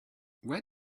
where